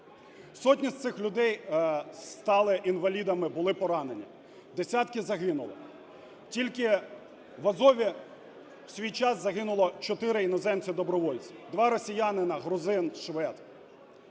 Сотні з цих людей стали інвалідами, були поранені, десятки загинуло. Тільки в "Азові" в свій час загинуло чотири іноземця добровольця: два росіянина, грузин, швед.